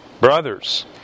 brothers